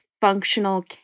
functional